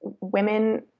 women